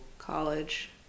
College